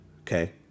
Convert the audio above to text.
Okay